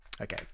Okay